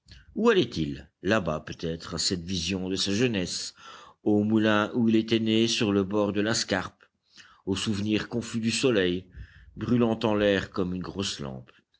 où allait-il là-bas peut-être à cette vision de sa jeunesse au moulin où il était né sur le bord de la scarpe au souvenir confus du soleil brûlant en l'air comme une grosse lampe